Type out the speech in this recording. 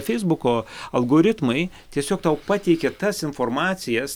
feisbuko algoritmai tiesiog tau pateikia tas informacijas